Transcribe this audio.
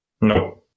No